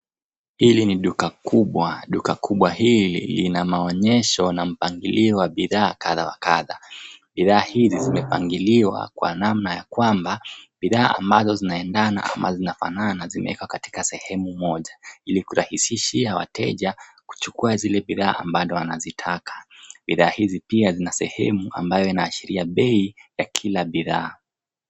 Hili ni duka kubwa. Duka hili kubwa lina maonyesho na mpangilio wa bidhaa kadha wa kadha. Bidhaa hizi zimepangiliwa kwa namna ya kwamba bidhaa ambazo zinaendana au zinafanana zimewekwa katika sehemu moja ili kurahisishia wateja kuchukua zile bidhaa ambazo wanazitaka. Bidhaa hizi pia zina sehemu ambayo inaashiria bei ya kila bidhaa.